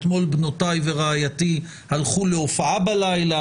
אתמול בנותיי ורעייתי הלכו להופעה בלילה.